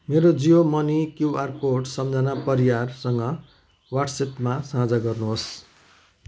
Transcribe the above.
मेरो Jio money QR code सम्झना परियारसँग व्हाट्सेपमा साझा गर्नुहोस्